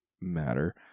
matter